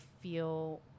feel